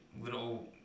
little